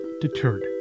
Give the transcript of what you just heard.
deterred